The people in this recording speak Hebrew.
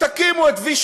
תקימו את 16V,